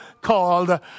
called